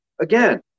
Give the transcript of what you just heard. Again